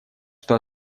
что